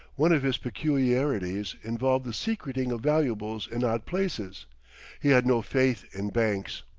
one of his peculiarities involved the secreting of valuables in odd places he had no faith in banks.